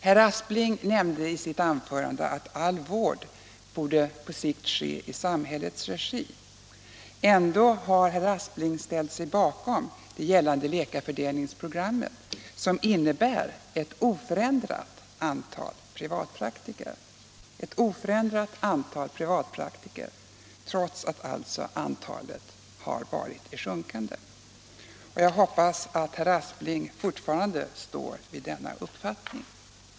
Herr Aspling nämnde i sitt anförande att all vård på sikt borde ske i samhällets regi. Ändå har herr Aspling ställt sig bakom det gällande läkarfördelningsprogrammet, som innebär ett oförändrat antal privatpraktiker, trots att alltså antalet har varit sjunkande. Jag hoppas att herr Aspling fortfarande står fast vid denna uppfattning.